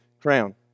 crown